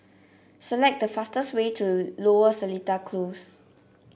select the fastest way to Lower Seletar Close